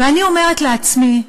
ואני אומרת לעצמי: